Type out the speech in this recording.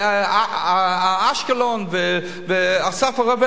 אשקלון ו"אסף הרופא",